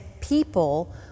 people